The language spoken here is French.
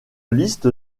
liste